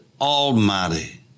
Almighty